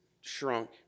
shrunk